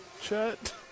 Chet